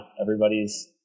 everybody's